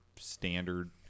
standard